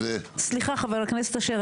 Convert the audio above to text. חבר הכנסת אשר,